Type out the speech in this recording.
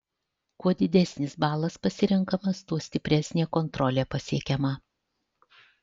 kuo didesnis balas pasirenkamas tuo stipresnė kontrolė pasiekiama